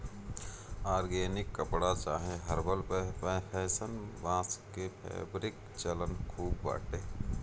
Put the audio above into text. organic कपड़ा चाहे herbal fashion, बांस के फैब्रिक के चलन खूब बाटे